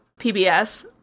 PBS